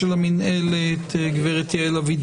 ההצעה לדיון מהיר של חבר הכנסת אשר וחברים נוספים בנושא